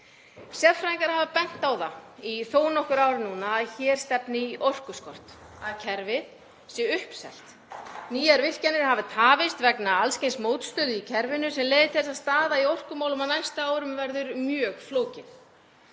Sérfræðingar hafa bent á það í þó nokkur ár núna að hér stefni í orkuskort, að kerfið sé uppselt. Nýjar virkjanir hafi tafist vegna alls kyns mótstöðu í kerfinu sem leiðir til þess að staða í orkumálum á næstu árum verður mjög flókin.